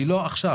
כי לא עכשיו.